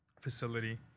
facility